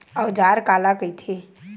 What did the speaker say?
औजार काला कइथे?